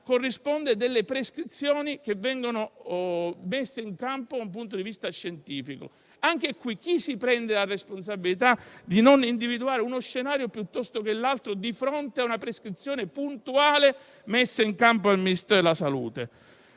corrispondere delle prescrizioni da mettere in campo dal punto di vista scientifico. Anche in questo caso, chi si prende la responsabilità di non individuare uno scenario o l'altro, di fronte a una prescrizione puntuale messa in campo dal Ministero della salute?